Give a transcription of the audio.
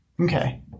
Okay